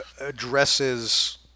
addresses